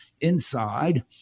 inside